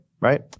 right